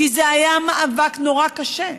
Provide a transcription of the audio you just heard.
כי זה היה מאבק נורא קשה.